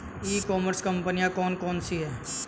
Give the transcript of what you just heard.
ई commerce कंपनियाँ कौन कौन सी हैं?